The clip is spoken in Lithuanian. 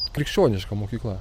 krikščioniška mokykla